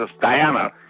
Diana